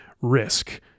risk